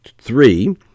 three